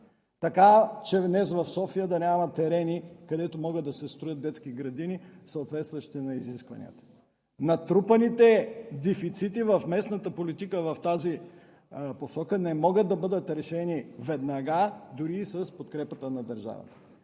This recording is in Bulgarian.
така че днес в София да няма терени, където могат да се строят детски градини, съответстващи на изискванията. Натрупаните дефицити в местната политика в тази посока не могат да бъдат решени веднага, дори и с подкрепата на държавата.